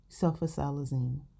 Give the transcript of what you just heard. sulfasalazine